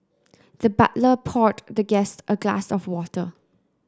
the butler poured the guest a glass of water